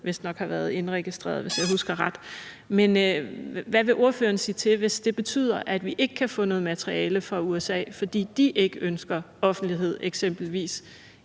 vistnok har været indregistreret, hvis jeg husker ret. Men hvad vil ordføreren sige til, hvis det betyder, at vi ikke kan få noget materiale fra USA, fordi de eksempelvis ikke ønsker offentlighed omkring